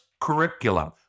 curriculum